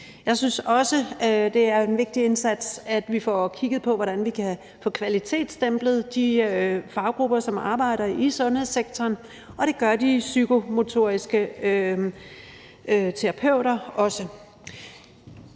Jeg synes også, det er en vigtig indsats, at vi får kigget på, hvordan vi kan få kvalitetsstemplet de faggrupper, som arbejder i sundhedssektoren, og det gør de psykomotoriske terapeuter også.